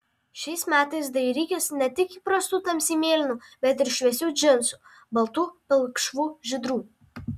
šiais metais dairykis ne tik įprastų tamsiai mėlynų bet ir šviesių džinsų baltų pilkšvų žydrų